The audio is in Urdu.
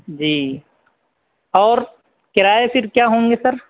جی اور کرایے پھر کیا ہوں گے سر